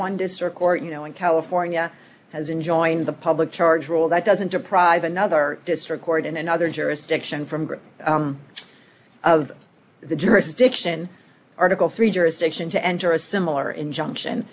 one district court you know in california has enjoined the public charge of all that doesn't deprive another district court in another jurisdiction from its of the jurisdiction article three jurisdiction to enter a similar injunction